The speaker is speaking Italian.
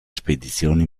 spedizioni